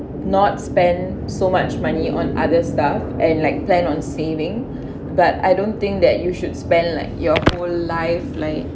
not spend so much money on other stuff and like plan on saving but I don't think that you should spend like your whole life like